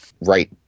right